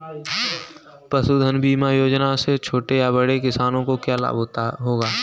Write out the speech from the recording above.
पशुधन बीमा योजना से छोटे या बड़े किसानों को क्या लाभ होगा?